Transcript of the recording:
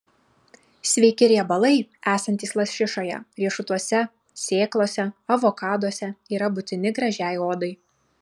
sveiki riebalai esantys lašišoje riešutuose sėklose avokaduose yra būtini gražiai odai